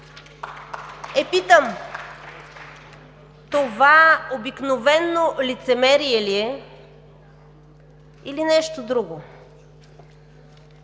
Питам: това обикновено лицемерие ли е, или нещо друго?